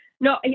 No